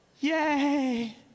yay